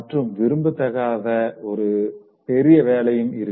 மற்றும் விரும்பத்தகாத ஒரு பெரிய வேலையும் இருக்கு